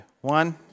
One